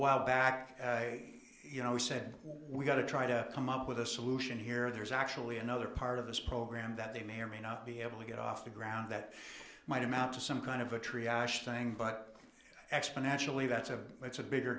while back you know he said we've got to try to come up with a solution here there's actually another part of this program that they may or may not be able to get off the ground that might amount to some kind of a tree ash thing but exponentially that's a it's a bigger